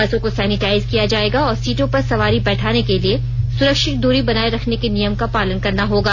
बसों को सेनिटाइज किया जाएगा और सीटों पर सवारी बैठाने के लिए सुरक्षित दूरी बनाए रखने के नियम का पालन करना होगा